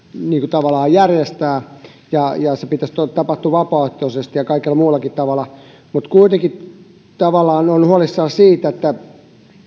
tavallaan järjestää sen pitäisi tapahtua vapaaehtoisesti ja kaikella muullakin tavalla mutta kuitenkin tavallaan olen huolissani siitä että